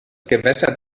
gewässer